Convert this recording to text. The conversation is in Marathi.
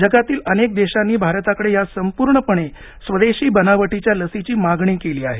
जगातील अनेक देशांनी भारताकडे या संपूर्णपणे स्वदेशी बनावटीच्या लसीची मागणी केली आहे